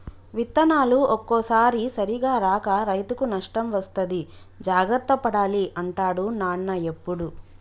విత్తనాలు ఒక్కోసారి సరిగా రాక రైతుకు నష్టం వస్తది జాగ్రత్త పడాలి అంటాడు నాన్న ఎప్పుడు